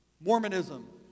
Mormonism